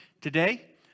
Today